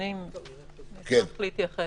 בטח, זה שיתוק של המערכות.